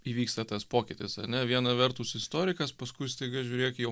įvyksta tas pokytis ane viena vertus istorikas paskui staiga žiūrėk jau